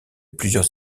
plusieurs